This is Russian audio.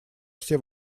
все